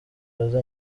rose